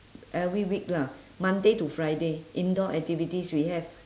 every week lah monday to friday indoor activities we have